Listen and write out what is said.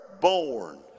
born